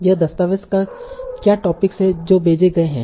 यह दस्तावेज़ क्या टॉपिक्स हैं जो भेजे गए हैं